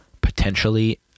Potentially